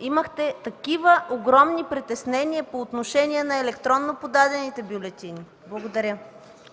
имахте такива огромни притеснения по отношение на електронно подадените бюлетини. Благодаря.